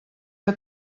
que